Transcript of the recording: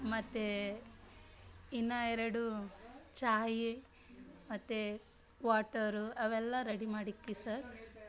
ಮತ್ತು ಇನ್ನೂ ಎರಡು ಚಾಯಿ ಮತ್ತು ವಾಟರು ಅವೆಲ್ಲ ರೆಡಿ ಮಾಡಿಕ್ಕಿರಿ ಸರ್